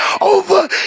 over